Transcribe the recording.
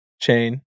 chain